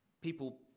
people